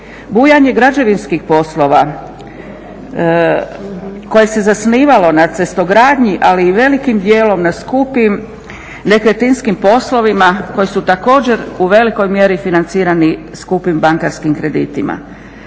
Bujanje građevinskih poslova koje se zasnivalo na cestogradnji, ali i velikim dijelom na skupim nekretninskim poslovima koji su također u velikoj mjeri financirani skupim bankarskim kreditima.